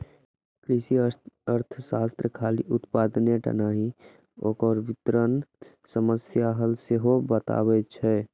कृषि अर्थशास्त्र खाली उत्पादने टा नहि, ओकर वितरण समस्याक हल सेहो बतबै छै